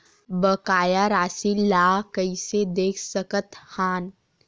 बकाया राशि ला कइसे देख सकत हान?